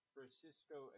Francisco